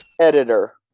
editor